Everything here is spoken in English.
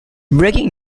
breaking